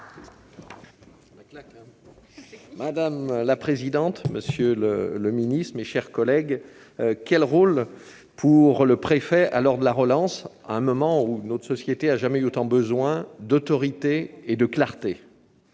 Madame la présidente, monsieur le ministre, mes chers collègues, quel rôle pour le préfet à l'heure de la relance, à un moment où notre société n'a jamais eu autant besoin d'autorité et de clarté ?